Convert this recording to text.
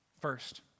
First